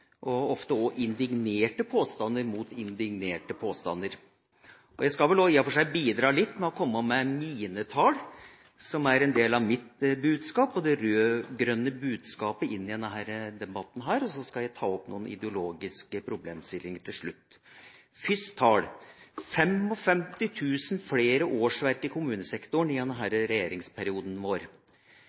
og ofte også indignerte påstander mot indignerte påstander! Jeg skal også bidra litt med å komme med mine tall, som er en del av mitt budskap og det rød-grønne budskapet inn i denne debatten, og så skal jeg ta opp noen ideologiske problemstillinger til slutt. Først noen tall: Det er blitt 55 000 flere årsverk i kommunesektoren i vår